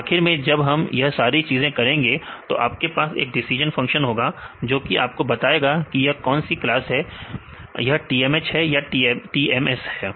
तो आखिर में जब हम यह सारी चीजें करेंगे तो आपके पास एक डिसीजन फंक्शन होगा जो कि आपको बताएगा कि यह कौन सी क्लास है यह TMS है या TMH है